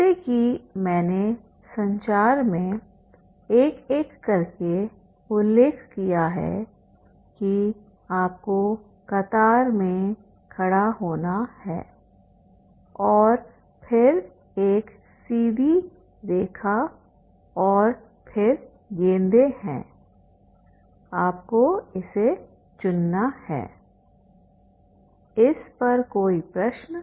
जैसा कि मैंने संचार में एक एक करके उल्लेख किया है कि आपको कतार में खड़ा होना है और फिर एक सीधी रेखा और फिर गेंदें हैं आपको इसे चुनना है इस पर कोई प्रश्न